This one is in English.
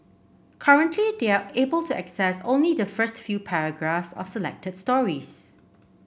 currently they are able to access only the first few paragraphs of selected stories